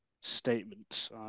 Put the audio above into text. statements